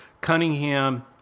Cunningham